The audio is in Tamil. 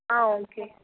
ஆ ஓகே